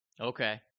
Okay